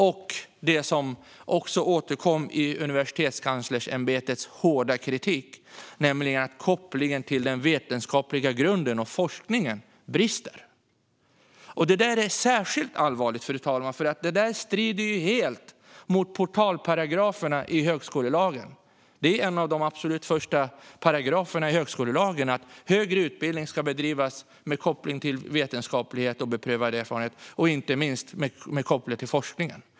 Vidare har det framkommit i Universitetskanslersämbetets hårda kritik att kopplingen till den vetenskapliga grunden och forskningen brister. Detta är särskilt allvarligt, fru talman. Det strider helt mot portalparagraferna i högskolelagen. I en av de absolut första paragraferna i högskolelagen framgår att högre utbildning ska bedrivas med koppling till vetenskap och beprövad erfarenhet, inte minst med koppling till forskning.